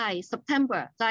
September